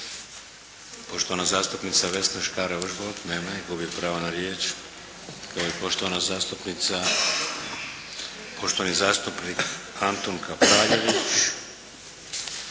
Poštovana zastupnica Vesna Škare-Ožbolt. Nema je. Gubi pravo na riječ. Poštovani zastupnik Antun Kapraljević.